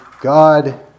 God